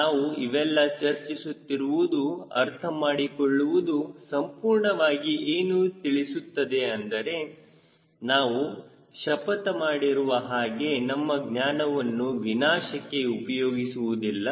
ನಾವು ಇವೆಲ್ಲ ಚರ್ಚಿಸುತ್ತಿರುವುದು ಅರ್ಥಮಾಡಿಕೊಳ್ಳುವುದು ಸಂಪೂರ್ಣವಾಗಿ ಏನು ತಿಳಿಸುತ್ತಿದೆ ಅಂದರೆ ನಾವು ಶಪಥ ಮಾಡಿರುವ ಹಾಗೆ ನಮ್ಮ ಜ್ಞಾನವನ್ನು ವಿನಾಶಕ್ಕೆ ಉಪಯೋಗಿಸುವುದಿಲ್ಲ